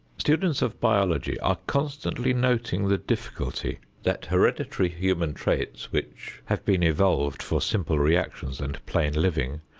students of biology are constantly noting the difficulty that hereditary human traits, which have been evolved for simple reactions and plain living,